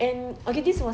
and okay this was